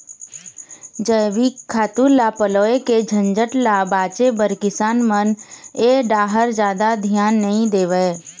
जइविक खातू ल पलोए के झंझट ल बाचे बर किसान मन ए डाहर जादा धियान नइ देवय